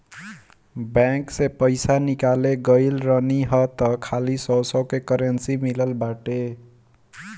bank से पईसा निकाले गईल रहनी हअ तअ खाली सौ सौ के करेंसी मिलल बाटे